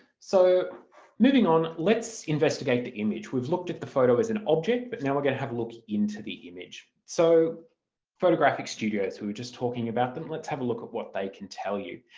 so moving on let's investigate the image. we've looked at the photo as an object but now we're going to have a look into the image. so photographic studios, we were just talking about them, let's have a look at what they can tell you.